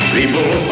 People